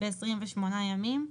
28 ימים.